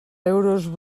euros